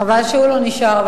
מי יכול לענות לה בשם הממשלה?